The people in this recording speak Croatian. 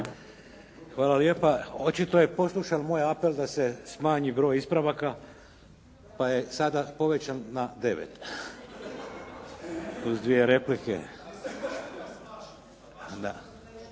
Hvala lijepa. Očito je poslušan moj apel da se smanji broj ispravaka pa je sada povećan na 9, uz dvije replike.